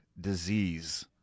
disease